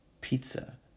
pizza